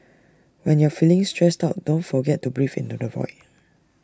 when you are feeling stressed out don't forget to breathe into the void